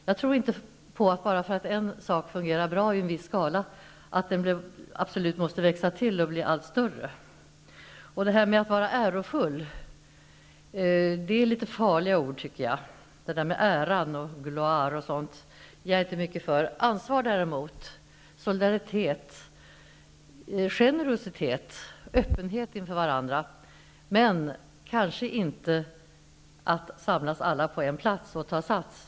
Jag tror inte att en sak absolut måste växa till och bli allt större bara därför att den fungerar bra i en skala. Håkan Holmberg talade om att vara ärofull. Det är litet farligt, tycker jag, att tala om ära och om ''gloire'' och sådant. Det är jag inte mycket för. Däremot talar jag gärna om ansvar, solidaritet, generositet, öppenhet inför varandra -- men kanske inte att, som Martin Ljung sade en gång, samlas allihop på en plats och ta sats.